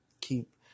Keep